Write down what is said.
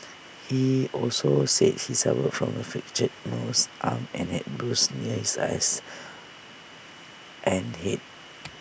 he also said he suffered from A fractured nose arm and had bruises near his eyes and Head